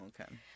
okay